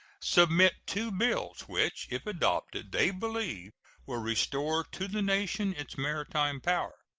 submit two bills, which, if adopted, they believe will restore to the nation its maritime power.